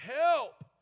help